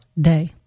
Day